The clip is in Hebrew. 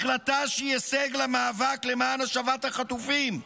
החלטה שהיא הישג למאבק למען השבת החטופים,